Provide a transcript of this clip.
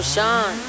Sean